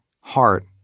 heart